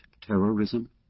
terrorism